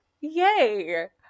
Yay